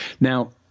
Now